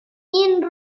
این